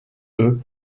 eux